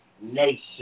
nation